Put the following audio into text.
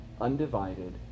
undivided